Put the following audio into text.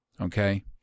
okay